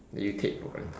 that you take for granted